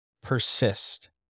persist